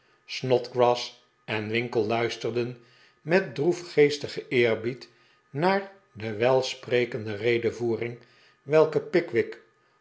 snodgrass en winkle luisterden met droefgeestigen eerbied naar de welsprekende redevoering welke pickwick